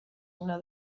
una